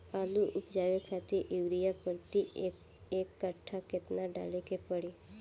आलू उपजावे खातिर यूरिया प्रति एक कट्ठा केतना डाले के पड़ी?